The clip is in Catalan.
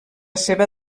seva